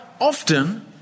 often